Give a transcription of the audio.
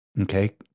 Okay